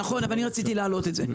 נכון, אבל אני רציתי להעלות את זה.